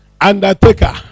Undertaker